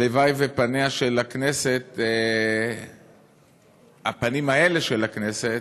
הלוואי שפניה של הכנסת, הפנים האלה של הכנסת,